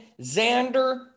Xander